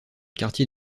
quartier